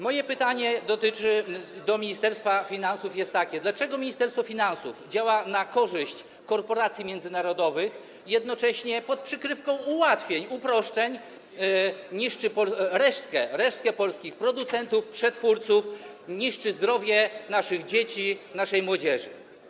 Moje pytanie do Ministerstwa Finansów jest takie: Dlaczego Ministerstwo Finansów działa na korzyść korporacji międzynarodowych, a jednocześnie pod przykrywką ułatwień, uproszczeń niszczy resztkę polskich producentów, przetwórców, niszczy zdrowie naszych dzieci, naszej młodzieży?